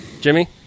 Jimmy